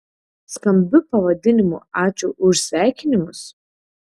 skambiu pavadinimu ačiū už sveikinimus